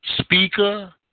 Speaker